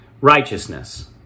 righteousness